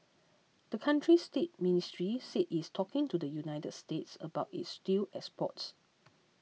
the country's date ministry said it is talking to the United States about its steel exports